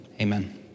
amen